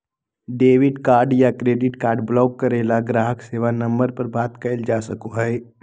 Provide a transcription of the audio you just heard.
debit card या credit card block करे ला ग्राहक सेवा नंबर पर बात कइल जा सका हई